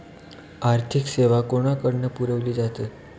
आर्थिक सेवा कोणाकडन पुरविली जाता?